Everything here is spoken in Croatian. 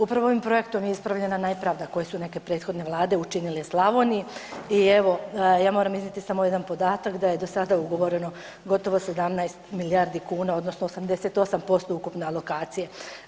Upravo ovim projektom je ispravljena nepravda koje su neke prethodne vlade učinile Slavoniji i evo ja moram iznijeti samo jedan podatak da je do sada ugovoreno gotovo 17 milijardi kuna odnosno 88% ukupne alokacije.